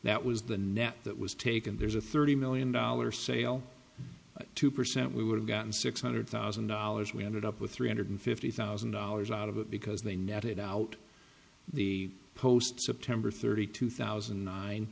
that was the net that was taken there's a thirty million dollars sale two percent we would have gotten six hundred thousand dollars we ended up with three hundred fifty thousand dollars out of it because they netted out the post september thirty two thousand